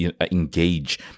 engage